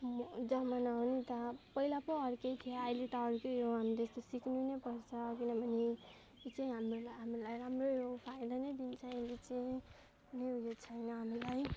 म जमाना हो नि त अब पहिला पो अर्कै थियो अहिले त अर्कै हो हामीले त्यो सिक्नु नै पर्छ किन भने यो चाहिँ हामी हाम्रो लागि राम्रै हो फाइदा नै दिन्छ यसले चाहिँ कुनै उयो छैन हामीलाई